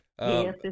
Yes